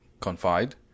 confide